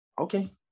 okay